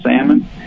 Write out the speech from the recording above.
salmon